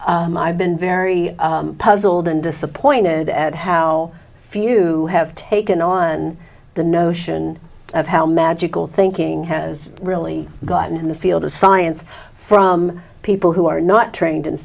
i've been very puzzled and disappointed at how few have taken on the notion of how magical thinking has really gotten in the field of science from people who are not trained in